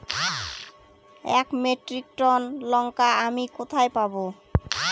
এক metric tonne লঙ্কা আমি কোথায় পাবো?